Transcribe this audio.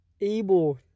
able